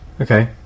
Okay